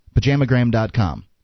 Pajamagram.com